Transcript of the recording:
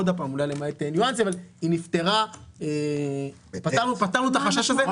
אולי למעט ניואנסים, אבל פתרנו את החשש הזה.